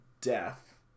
death